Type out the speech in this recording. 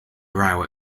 row